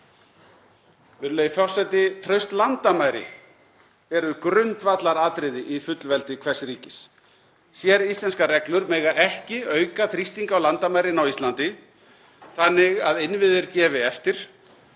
Virðulegi forseti. Traust landamæri eru grundvallaratriði í fullveldi hvers ríkis. Séríslenskar reglur mega ekki auka þrýsting á landamærin á Íslandi þannig að innviðir gefi eftir